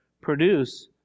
produce